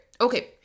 okay